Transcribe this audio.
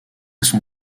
son